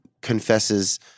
confesses